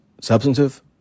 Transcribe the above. substantive